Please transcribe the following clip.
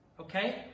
Okay